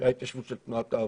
שהיה התיישבות של תנועת העבודה.